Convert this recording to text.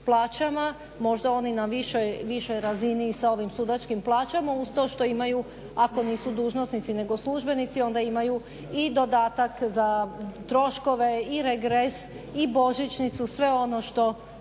plaćama, možda oni na višoj razini i sa ovim sudačkim plaćama, uz to što imaju ako nisu dužnosnici nego službenici onda imaju i dodatak za troškove i regres i Božićnicu, sve ono što